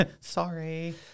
Sorry